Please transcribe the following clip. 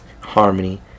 harmony